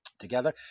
Together